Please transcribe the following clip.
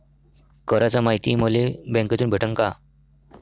कराच मायती मले बँकेतून भेटन का?